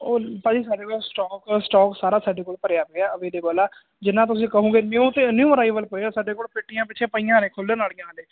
ਉਹ ਭਾਅ ਜੀ ਸਾਡੇ ਕੋਲ ਸਟੋਕ ਸਟੋਕ ਸਾਰਾ ਸਾਡੇ ਕੋਲ ਭਰਿਆ ਪਿਆ ਅਵੇਲੇਬਲ ਆ ਜਿੰਨਾਂ ਤੁਸੀਂ ਕਹੋਗੇ ਨਿਊ ਤੇ ਨਿਊ ਅਰਾਈਵਲ ਹੋਇਆ ਸਾਡੇ ਕੋਲ ਪੇਟੀਆਂ ਪਿੱਛੇ ਪਈਆਂ ਨੇ ਖੋਲਣ ਆਲੀਆਂ ਹਜੇ